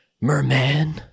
merman